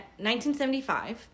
1975